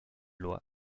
loi